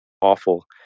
awful